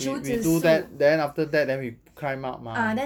we we do that then after that then we climb up mah